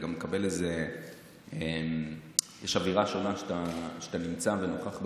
יש גם אווירה שונה כשאתה נמצא ונוכח בדיונים,